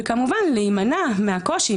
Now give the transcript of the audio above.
ולהימנע מהקושי,